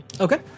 Okay